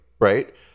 Right